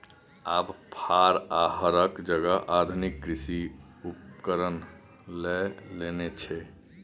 आब फार आ हरक जगह आधुनिक कृषि उपकरण लए लेने छै